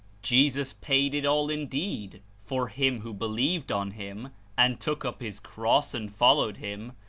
jesus paid it all indeed for him who believed on him and took up his cross and followed him,